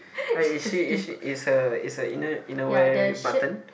like is she is she is her is her inner inner wear buttoned